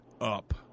up